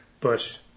Bush